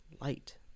light